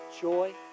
joy